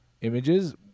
images